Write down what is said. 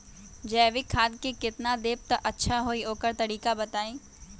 जैविक खाद केतना देब त अच्छा होइ ओकर तरीका बताई?